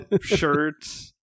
shirts